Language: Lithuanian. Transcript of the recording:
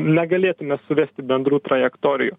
negalėtume suvesti bendrų trajektorijų